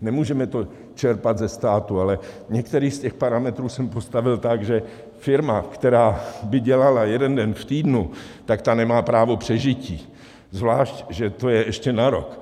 Nemůžeme to čerpat ze státu, ale některý z těch parametrů jsem postavil tak, že firma, která by dělala jeden den v týdnu, nemá právo k přežití, zvlášť že to je ještě na rok.